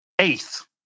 eighth